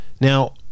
Now